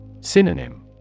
Synonym